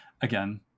again